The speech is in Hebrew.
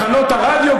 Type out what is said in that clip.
ולתחנות הרדיו,